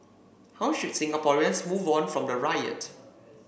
how should Singaporeans move on from the riot